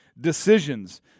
Decisions